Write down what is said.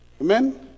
Amen